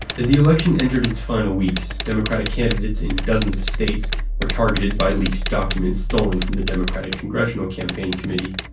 as the election entered its final weeks, democratic candidates in dozens of states were targeted by leaked documents stolen from the democratic congressional campaign committee.